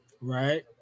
right